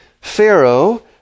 Pharaoh